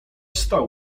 stał